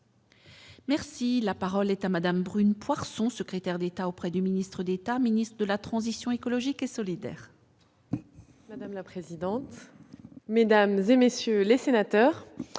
Merci, la parole est à madame brune Poirson, secrétaire d'État auprès du ministre d'État, ministre de la transition écologique et solidaire. Madame la présidente. Mesdames et messieurs les sénateurs,